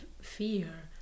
fear